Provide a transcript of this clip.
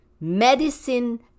medicine